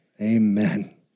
Amen